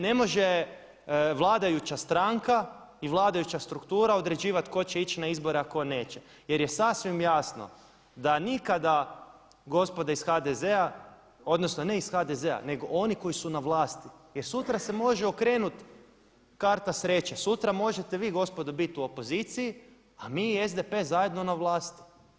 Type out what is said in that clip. Ne može vladajuća stranka i vladajuća struktura određivati tko će ići na izbore a ko neće jer je sasvim jasno da nikada gospode iz HDZ-a odnosno ne iz HDZ-a nego oni koji su na vlasti, jer sutra se može okrenuti karta sreće, sutra možete vi gospodo biti u opoziciji a mi i SDP zajedno na vlasti.